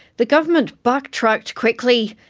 the government backtracked quickly,